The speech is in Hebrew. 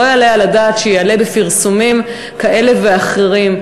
לא יעלה על הדעת שכך יעלה בפרסומים כאלה ואחרים.